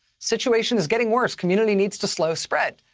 situation is getting worse. community needs to slow spread.